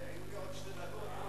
היו לי עוד שתי דקות.